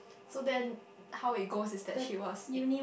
so then how it goes is that she was in